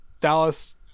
Dallas